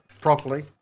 properly